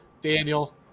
Daniel